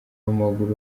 w’amaguru